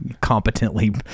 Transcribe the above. competently